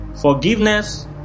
forgiveness